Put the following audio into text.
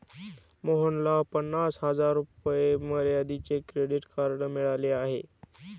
मोहनला पन्नास हजार रुपये मर्यादेचे क्रेडिट कार्ड मिळाले आहे